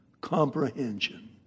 comprehension